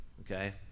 okay